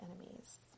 enemies